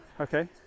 Okay